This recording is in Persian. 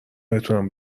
بتونم